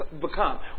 become